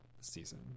season